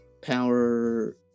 power